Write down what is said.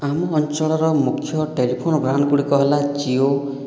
ଆମ ଅଞ୍ଚଳର ମୁଖ୍ୟ ଟେଲିଫୋନ୍ ଗୁଡ଼ିକ ହେଲା ଜିଓ